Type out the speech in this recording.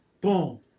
boom